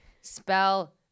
spell